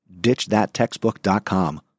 DitchThatTextbook.com